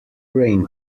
rain